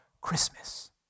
Christmas